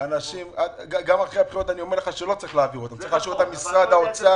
גם אחרי הבחירות לא צריך להעביר צריך להשאיר במשרד האוצר,